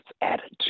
attitude